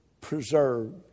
preserved